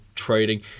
trading